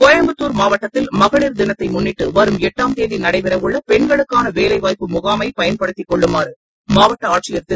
கோயம்புத்தூர் மாவட்டத்தில் மகளிர் தினத்தை முன்னிட்டு வரும் கம் தேதி நடைபெறவுள்ள பெண்களுக்கான வேலைவாய்ப்பு முகாமை பயன்படுத்திக்கொள்ளுமாறு மாவட்ட ஆட்சியர் திரு